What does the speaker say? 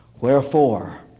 Wherefore